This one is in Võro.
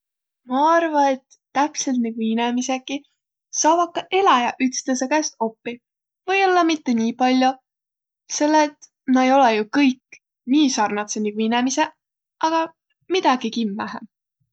Ma arva, et täpselt nigu inemiseki, saavaq ka eläjäq ütstõõsõ käest oppiq. Või-ollaq mitte nii pall'o, selle et nä ei olõq jo kõik nii sarnadsõq, nigu inemiseq, aga midägi kimmähe.